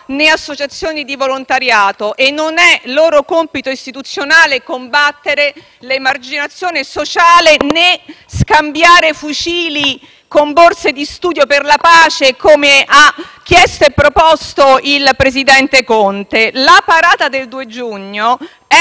né associazioni di volontariato, e non è loro compito istituzionale combattere l'emarginazione sociale, né scambiare fucili con borse di studio per la pace, come ha chiesto e proposto il presidente Conte. La parata del 2 giugno è,